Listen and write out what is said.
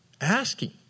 asking